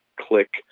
click